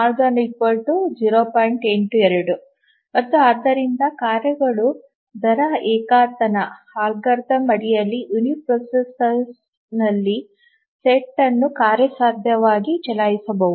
82 ಮತ್ತು ಆದ್ದರಿಂದ ಕಾರ್ಯಗಳು ದರ ಏಕತಾನ ಅಲ್ಗಾರಿದಮ್ ಅಡಿಯಲ್ಲಿ ಯುನಿಪ್ರೊಸೆಸರ್ನಲ್ಲಿ ಸೆಟ್ ಅನ್ನು ಕಾರ್ಯಸಾಧ್ಯವಾಗಿ ಚಲಾಯಿಸಬಹುದು